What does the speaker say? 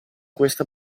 questa